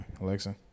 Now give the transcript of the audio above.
Alexa